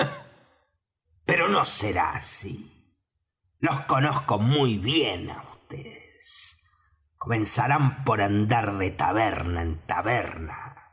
pero no será así los conozco muy bien á vds comenzarán por andar de taberna en taberna